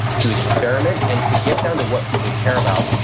to experiment and to get down to what people care about.